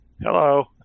Hello